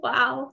Wow